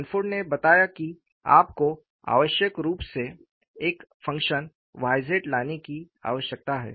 Sanford ने बताया कि आपको आवश्यक रूप से एक फ़ंक्शन Y z लाने की आवश्यकता है